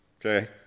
okay